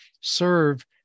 serve